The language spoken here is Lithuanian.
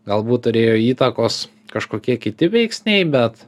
galbūt turėjo įtakos kažkokie kiti veiksniai bet